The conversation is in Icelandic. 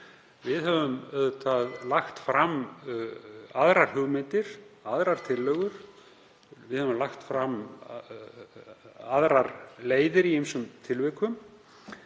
Við höfum auðvitað lagt fram aðrar hugmyndir, aðrar tillögur. Við höfum lagt fram aðrar leiðir í ýmsum tilvikum